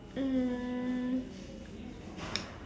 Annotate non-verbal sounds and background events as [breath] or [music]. um [breath]